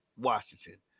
Washington